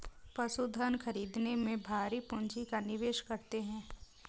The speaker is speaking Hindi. पशुधन खरीदने में भारी पूँजी का निवेश करते हैं